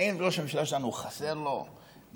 האם ראש הממשלה שלנו, חסר לו משאבים?